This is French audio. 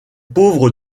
pauvres